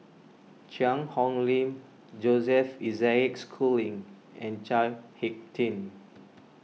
Cheang Hong Lim Joseph Isaac Schooling and Chao Hick Tin